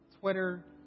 Twitter